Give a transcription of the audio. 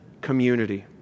community